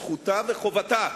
זו זכותה וזו חובתה.